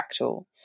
fractal